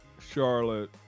Charlotte